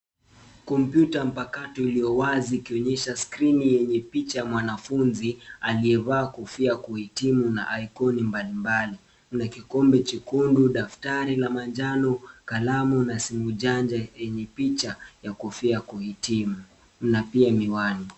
Kompyuta mpakato iliowazi ikionyesha skrini enye picha ya mwanafunzi aliyevaa kofia ya kuhitimu na iconi mbalimbali. Kuna kikombe chekundu, daftari la majano, kalamu na simujanja enye picha ya kofia ya kuhitimu, una pia miwani.